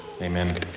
Amen